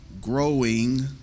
Growing